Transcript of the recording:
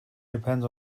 depends